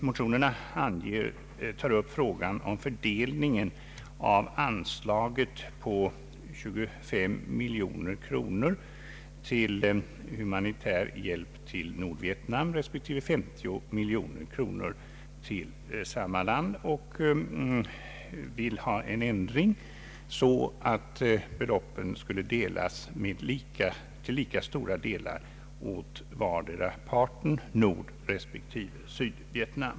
Motionerna tar upp frågan om fördelningen av anslaget på 25 miljoner kronor till humanitär hjälp åt Nordvietnam respektive 50 miljoner kronor till finansiellt utvecklingsbistånd åt samma land och föreslår en ändring så att beloppen skulle delas till lika stora delar åt vartdera Nordvietnam och Sydvietnam.